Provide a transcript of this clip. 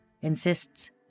insists